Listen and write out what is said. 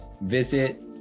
visit